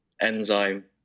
enzyme